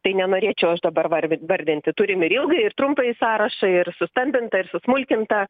tai nenorėčiau aš dabar varvint vardinti turim ir ilgąjį ir trumpąjį sąrašą ir sustambintą ir susmulkintą